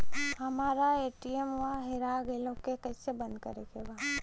हमरा ए.टी.एम वा हेरा गइल ओ के के कैसे बंद करे के बा?